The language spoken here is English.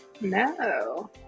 No